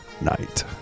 Night